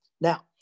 Now